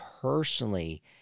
personally